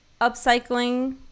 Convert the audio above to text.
upcycling